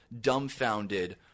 dumbfounded